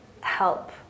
help